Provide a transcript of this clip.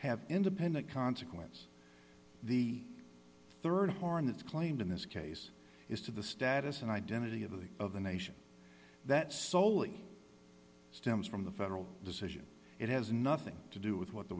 have independent consequence the rd harness claimed in this case is to the status and identity of the of the nation that soley stems from the federal decision it has nothing to do with what the